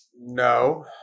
No